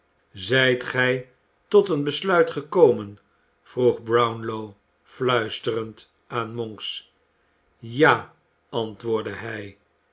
zijt gij tot een besluit gekomen vroeg brownlow fluisterend aan monks ja antwoordde hij